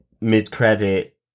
mid-credit